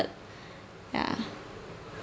ya